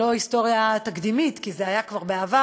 לא היסטוריה תקדימית, כי זה היה כבר בעבר,